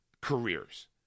careers